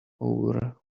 over